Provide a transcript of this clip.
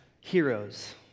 heroes